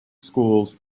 schools